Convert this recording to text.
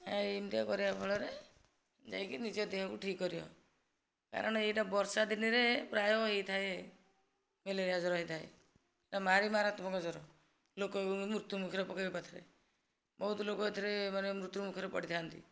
ଆ ଏମିତିଆ କରିବା ଫଳରେ ଯାଇକି ନିଜ ଦେହକୁ ଠିକ କରିବ କାରଣ ଏଇଟା ବର୍ଷାଦିନ ରେ ପ୍ରାୟ ହେଇଥାଏ ମ୍ୟାଲେରିଆ ଜର ହେଇଥାଏ ଭାରି ମାରାତ୍ମକ ଜର ଲୋକଙ୍କୁ ମୃତ୍ୟୁ ମୁଖରେ ପକାଇ ବହୁତ ଲୋକ ଏଥିରେ ମାନେ ମୃତ୍ୟୁ ମୁଖରେ ପଡ଼ିଥାନ୍ତି